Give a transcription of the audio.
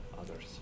others